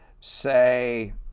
say